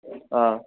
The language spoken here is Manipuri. ꯑꯥ